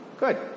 Good